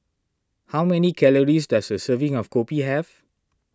how many calories does a serving of Kopi have